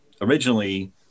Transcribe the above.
originally